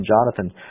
Jonathan